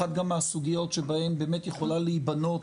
אחת גם מהסוגיות שבהן באמת יכולה להיבנות